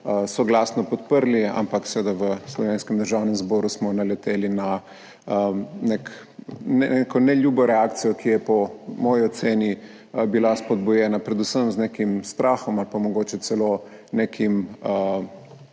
soglasno podprli, ampak smo seveda v slovenskem državnem zboru naleteli na neko neljubo reakcijo, ki je bila po moji oceni spodbujena predvsem z nekim strahom ali pa mogoče celo nekim